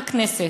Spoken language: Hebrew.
בכנסת,